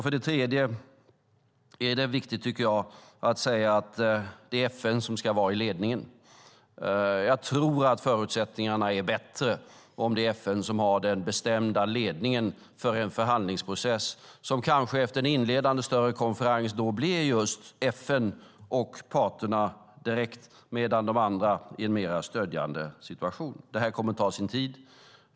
För det tredje är det viktigt att säga att det är FN som ska vara i ledningen. Jag tror att förutsättningarna är bättre om FN har den bestämda ledningen för en förhandlingsprocess. Efter en inledande större konferens kanske det sedan blir just FN och parterna som förhandlar direkt, medan de andra har en mer stödjande position. Det kommer att ta sin tid.